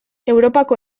europako